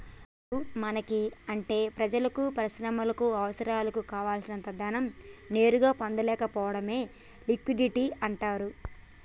అసలు మనకి అంటే ప్రజలకు పరిశ్రమలకు అవసరాలకు కావాల్సినంత ధనం నేరుగా పొందలేకపోవడమే లిక్విడిటీ అంటారు